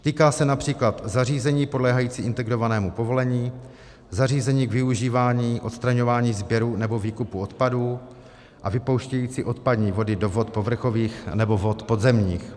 Týká se například zařízení podléhajícího integrovanému povolení, zařízení k využívání odstraňování sběru nebo výkupu odpadů a vypouštějícího odpadní vody do vod povrchových nebo vod podzemních.